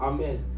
Amen